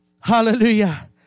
Hallelujah